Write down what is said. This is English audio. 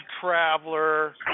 traveler